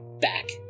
Back